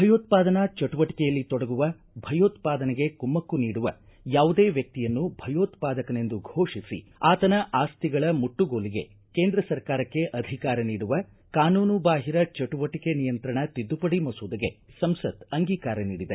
ಭಯೋತ್ಪಾದನಾ ಚಟುವಟಿಕೆಯಲ್ಲಿ ತೊಡಗುವ ಭಯೋತ್ಪಾದನೆಗೆ ಕುಮ್ಮಕ್ಕು ನೀಡುವ ಯಾವುದೇ ವ್ಯಕ್ತಿಯನ್ನು ಭಯೋತ್ಪಾದಕನೆಂದು ಘೋಷಿಸಿ ಆತನ ಆಸ್ತಿಗಳ ಮುಟ್ಟುಗೋಲಿಗೆ ಕೇಂದ್ರ ಸರ್ಕಾರಕ್ಕೆ ಅಧಿಕಾರ ನೀಡುವ ಕಾನೂನುಬಾಹಿರ ಚಟುವಟಿಕೆ ನಿಯಂತ್ರಣ ತಿದ್ದುಪಡಿ ಮಸೂದೆಗೆ ಸಂಸತ್ ಅಂಗೀಕಾರ ನೀಡಿದೆ